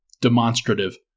demonstrative